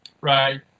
Right